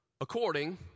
according